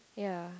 yea